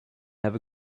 have